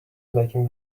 making